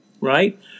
right